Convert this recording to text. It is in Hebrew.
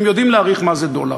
הם יודעים להעריך מה זה דולר.